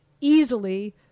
easily